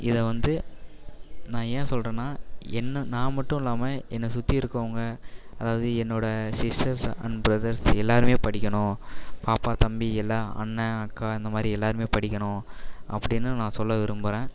இதை வந்து நான் ஏன் சொல்கிறேனா என்னை நான் மட்டும் இல்லாமல் என்னை சுற்றி இருக்கவங்க அதாவது என்னோட சிஸ்டர்ஸ் அண்ட் ப்ரதர்ஸ் எல்லாேருமே படிக்கணும் பாப்பா தம்பி எல்லாம் அண்ணன் அக்கா இந்தமாதிரி எல்லாேருமே படிக்கணும் அப்படின்னு நான் சொல்ல விரும்புகிறேன்